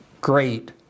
great